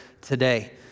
today